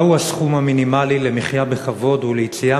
מה הוא הסכום המינימלי למחיה בכבוד וליציאה